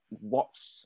watch